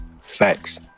Facts